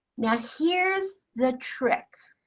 now here's the trick.